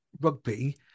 rugby